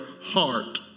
heart